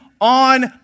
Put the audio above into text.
on